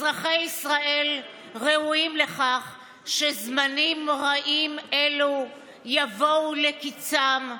אזרחי ישראל ראויים לכך שזמנים רעים אלו יבואו לקיצם.